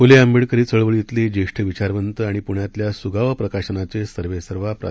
फुले आंबेडकरी चळवळीतले ज्येष्ठ विचारवंत आणि पुण्यातल्या सुगावा प्रकाशनाचे सर्वेसर्वा प्रा